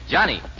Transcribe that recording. Johnny